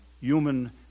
human